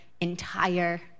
entire